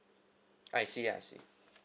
I see I see